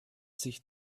sich